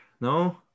No